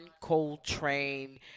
Coltrane